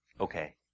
Okay